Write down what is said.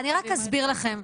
אני רק אסביר לכם.